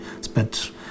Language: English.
spent